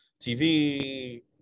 tv